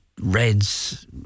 reds